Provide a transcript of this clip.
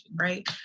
right